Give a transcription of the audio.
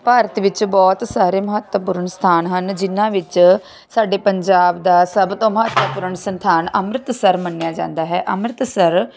ਭਾਰਤ ਵਿੱਚ ਬਹੁਤ ਸਾਰੇ ਮਹੱਤਵਪੂਰਨ ਸਥਾਨ ਹਨ ਜਿਹਨਾਂ ਵਿੱਚ ਸਾਡੇ ਪੰਜਾਬ ਦਾ ਸਭ ਤੋਂ ਮਹੱਤਵਪੂਰਨ ਸਥਾਨ ਅੰਮ੍ਰਿਤਸਰ ਮੰਨਿਆ ਜਾਂਦਾ ਹੈ ਅੰਮ੍ਰਿਤਸਰ